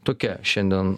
tokia šiandien